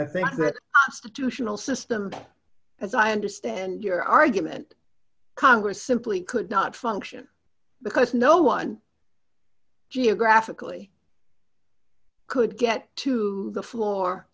chanelle system as i understand your argument congress simply could not function because no one geographically could get to the floor